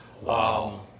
Wow